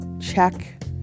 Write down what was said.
check